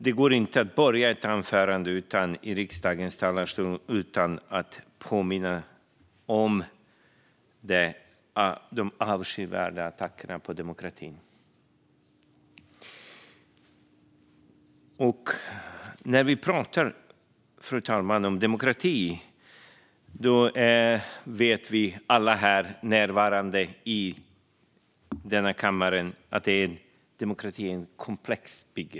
Det går inte att börja ett anförande i riksdagens talarstol utan att påminna om de avskyvärda attackerna på demokratin. När vi pratar om demokrati, fru talman, vet vi alla som närvarar i denna kammare att det är ett komplext bygge.